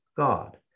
god